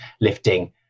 lifting